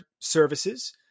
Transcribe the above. services